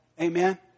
Amen